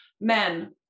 men